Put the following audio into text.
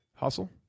Hustle